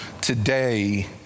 today